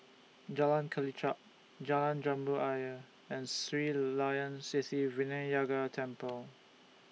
Jalan Kelichap Jalan Jambu Ayer and Sri Layan Sithi Vinayagar Temple